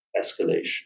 escalation